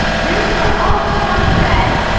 room for all of them on the thread